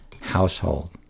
household